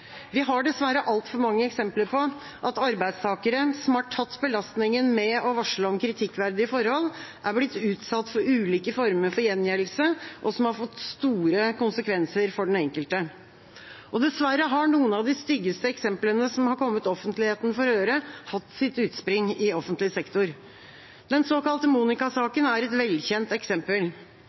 Vi har dessverre altfor mange eksempler på at arbeidstakere som har tatt belastningen med å varsle om kritikkverdige forhold, er blitt utsatt for ulike former for gjengjeldelse, og som har fått store konsekvenser for den enkelte. Dessverre har noen av de styggeste eksemplene som har kommet offentligheten for øre, hatt sitt utspring i offentlig sektor. Den såkalte Monika-saken er et velkjent eksempel.